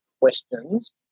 questions